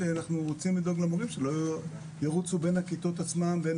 אנחנו רוצים לדאוג למורים שלא ירוצו בין הכיתות עצמן ובין